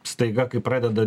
staiga kai pradeda